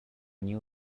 new